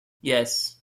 yes